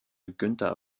günther